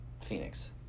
Phoenix